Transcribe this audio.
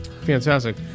Fantastic